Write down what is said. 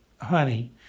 Honey